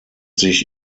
sich